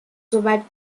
soweit